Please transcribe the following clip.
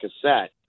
cassette